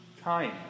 Time